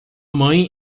mãe